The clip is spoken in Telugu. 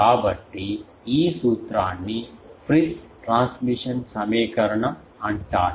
కాబట్టి ఈ సూత్రాన్ని Friis ట్రాన్స్మిషన్ సమీకరణం అంటారు